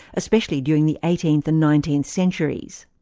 especially during the eighteenth and nineteenth centuries.